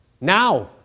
now